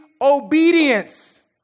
obedience